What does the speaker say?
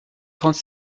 trente